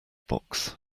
box